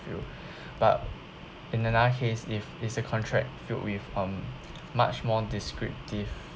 feel but in another case if is a contract filled with um much more descriptive